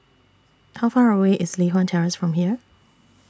How Far away IS Li Hwan Terrace from here